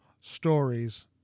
stories